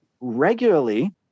regularly